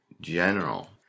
general